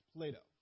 Plato